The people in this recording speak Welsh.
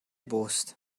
bost